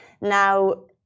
Now